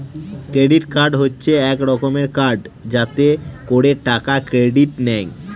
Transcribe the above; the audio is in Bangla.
ক্রেডিট কার্ড হচ্ছে এক রকমের কার্ড যাতে করে টাকা ক্রেডিট নেয়